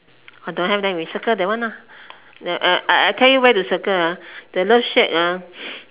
don't have then we circle that one lah then I I I tell you where to circle ah the love shack ah